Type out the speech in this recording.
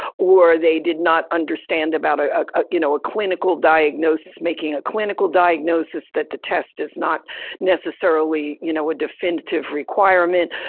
or they did not understand about, ah ah you know, a clinical diagnosis, making a clinical diagnosis that the test is not necessarily, you know, a definitive requirement,